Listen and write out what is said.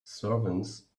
servants